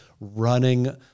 running